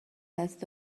دست